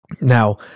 Now